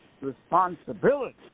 responsibility